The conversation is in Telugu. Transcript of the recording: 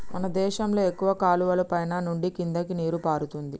మన దేశంలో ఎక్కువ కాలువలు పైన నుండి కిందకి నీరు పారుతుంది